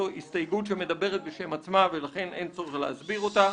זו הסתייגות שמדברת בשם עצמה ולכן אין צורך להסביר אותה.